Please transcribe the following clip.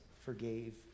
forgave